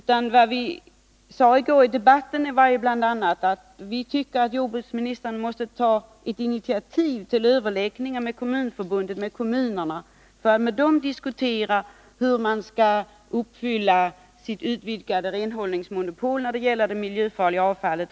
I debatten i går sade vi bl.a. att vi tycker att jordbruksministern måste ta ett initiativ till överläggningar med Kommunförbundet och med kommunerna för att med dem diskutera hur de skall kunna klara sitt utvidgade renhållningsmonopol när det gäller det miljöfarliga avfallet.